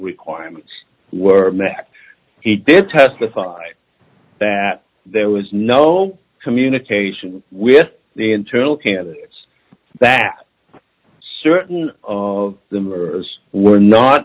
requirements were met he did testify that there was no communication with the internal candidates that certain of them are or were not